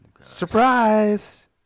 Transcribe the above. Surprise